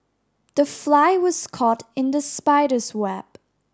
the fly was caught in the spider's web